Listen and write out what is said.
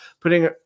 putting